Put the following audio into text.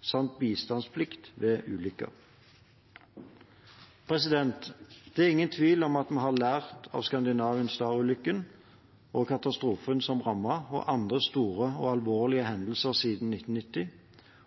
samt bistandsplikt ved ulykker. Det er ingen tvil om at vi har lært av «Scandinavian Star»-ulykken, katastrofen som rammet, og andre store og alvorlige hendelser siden 1990,